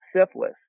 syphilis